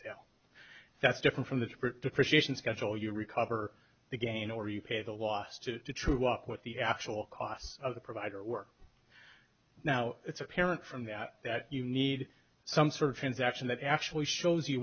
fides that's different from the script depreciation schedule you recover the gain or you pay the last true up with the actual cost of the provider work now it's apparent from that that you need some sort of transaction that actually shows you